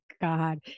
god